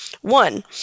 one